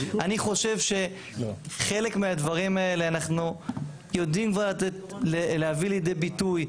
אני חושב שחלק מהדברים האלה אנחנו יודעים כבר להביא לידי ביטוי,